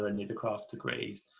were only the crafts degrees.